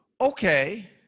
okay